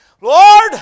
Lord